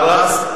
הרס,